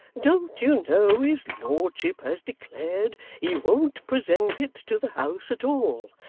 don't you know his lordship has declared he won't present it to the house at all,